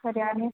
तशें करयां आमी